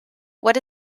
what